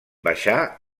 baixar